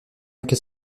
qu’est